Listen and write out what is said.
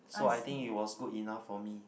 so I think it was good enough for me